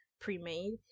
pre-made